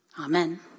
Amen